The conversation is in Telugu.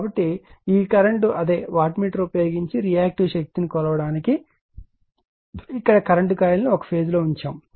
కాబట్టి ఈ కరెంట్ అదే వాట్ మీటర్ ఉపయోగించి రియాక్టివ్ శక్తిని కొలవడానికి ఇక్కడ కరెంట్ కాయిల్ను ఒక ఫేజ్ లో ఉంచండి